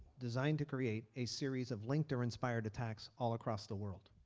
designed to create a series of linked or inspired attacks all across the world.